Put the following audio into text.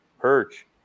perch